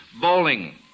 bowling